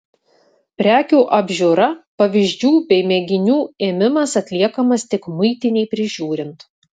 prekių apžiūra pavyzdžių bei mėginių ėmimas atliekamas tik muitinei prižiūrint